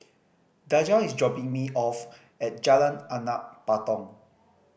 Daja is dropping me off at Jalan Anak Patong